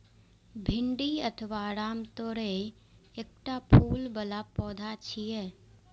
भिंडी अथवा रामतोरइ एकटा फूल बला पौधा छियै